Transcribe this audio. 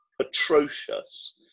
atrocious